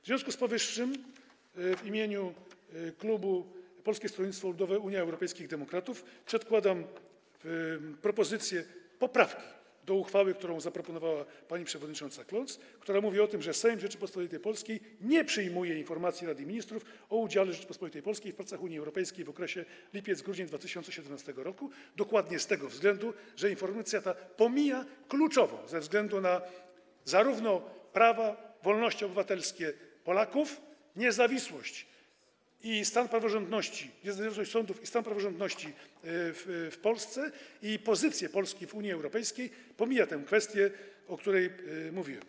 W związku z powyższym w imieniu klubu Polskiego Stronnictwa Ludowego - Unii Europejskich Demokratów przedkładam propozycję poprawki do uchwały, którą zaproponowała pani przewodnicząca Kloc, mówiącą o tym, że Sejm Rzeczypospolitej Polskiej nie przyjmuje informacji od ministrów o udziale Rzeczypospolitej Polskiej w pracach Unii Europejskiej w okresie lipiec - grudzień 2017 r. dokładnie z tego powodu, że informacja ta pomija kluczowe kwestie ze względu na prawa i wolności obywatelskie Polaków - niezawisłość i stan praworządności, niezależność sądów i stan praworządności w Polsce oraz pozycję Polski w Unii Europejskiej, pomija tę kwestię, o której mówiłem.